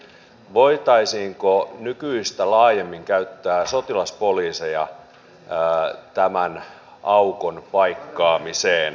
voitaisiinko nykyistä laajemmin käyttää sotilaspoliiseja tämän aukon paikkaamiseen